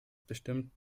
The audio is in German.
bestimmt